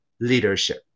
leadership